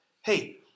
Hey